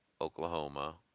Oklahoma